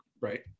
Right